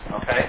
okay